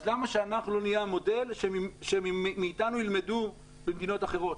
למה שאנחנו לא נהיה המודל ושמאיתנו ילמדו מדינות אחרות?